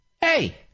Hey